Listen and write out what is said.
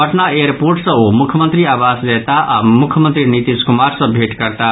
Patna airport सँ ओ मुख्यमंत्री आवास जयताह आओर मुख्यमंत्री नीतीश कुमार सँ भेंट करताह